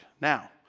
Now